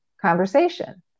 conversation